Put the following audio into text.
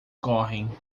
correm